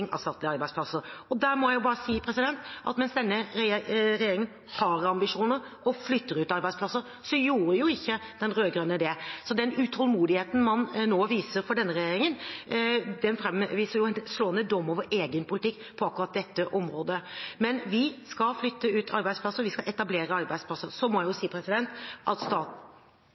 av statlige arbeidsplasser. Mens denne regjeringen har ambisjoner og flytter ut arbeidsplasser, gjorde ikke den rød-grønne det, så den utålmodigheten man nå viser overfor denne regjeringen, framviser en slående dom over egen politikk på akkurat det området. Men vi skal flytte ut arbeidsplasser, vi skal etablere arbeidsplasser.